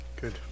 Good